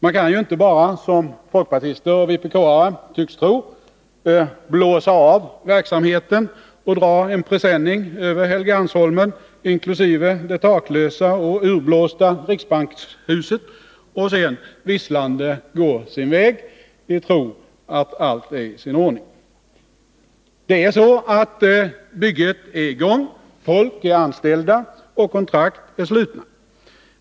Man kan ju inte bara, som folkpartister och vpk-are tycks tro, blåsa av verksamheten och dra en presenning över Helgeandsholmen inkl. det taklösa och urblåsta riksbankshuset och sedan visslande gå sin väg i tron att allt är i sin ordning. Bygget är redan i gång, folk är anställda och kontrakt är undertecknade.